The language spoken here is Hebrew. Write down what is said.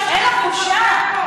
באמת.